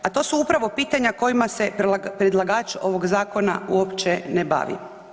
A to su upravo pitanja kojima se predlagač ovoga zakona uopće ne bavi.